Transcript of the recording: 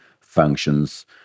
functions